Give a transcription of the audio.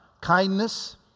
kindness